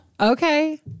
Okay